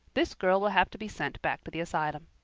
this girl will have to be sent back to the asylum.